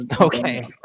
okay